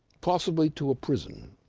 possibly to a prison.